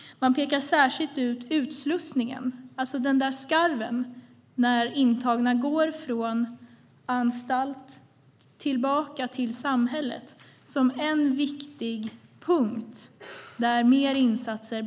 Man pekar särskilt ut utslussningen, alltså skarven, där de intagna går från anstalt tillbaka till samhället. Där behövs det fler insatser.